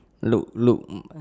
look look